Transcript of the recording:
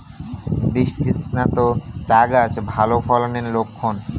বৃষ্টিস্নাত চা গাছ ভালো ফলনের লক্ষন